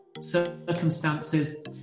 circumstances